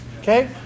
okay